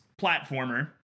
platformer